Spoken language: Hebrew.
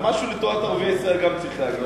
אז משהו לטובת ערביי ישראל גם צריך להגיד.